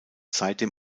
seitdem